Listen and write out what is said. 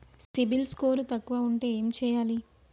CIBIL score తక్కువ ఉంటే ఏం చేయాలి?